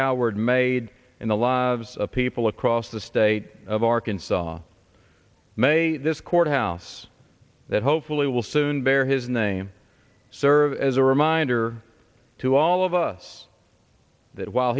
made in the lives of people across the state of arkansas may this courthouse that hopefully will soon bear his name serve as a reminder to all of us that while